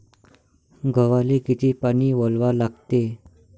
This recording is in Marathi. गव्हाले किती पानी वलवा लागते?